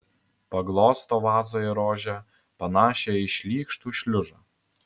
paglosto vazoje rožę panašią į šlykštų šliužą